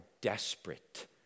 desperate